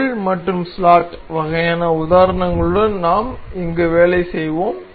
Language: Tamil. முள் மற்றும் ஸ்லாட் வகையான உதாரணங்களுடன் நாம் இங்கு வேலை செய்வோம்